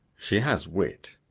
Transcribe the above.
she has wit.